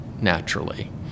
naturally